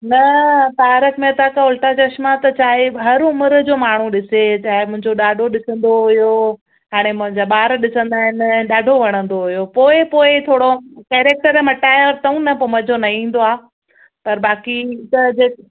न तारक महेता का उल्टा चशमां त चाहे हरु उमिरि जो माण्हूं ॾिसे चहे मुंहिजो ॾाॾो ॾिसंदो हुयो हाणे मुंहिंजा ॿार ॾिसंदा आहिनि ॾाढो वणंदो हुयो पोइ पोइ थोरो केरेक्टर मटाया अथऊं न पोइ मजो न ईंदो आहे पर बाक़ी त जे